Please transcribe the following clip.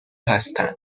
هستند